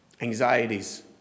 Anxieties